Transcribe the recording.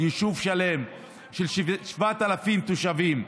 יישוב שלם של 7,000 תושבים,